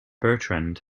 bertrand